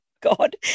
God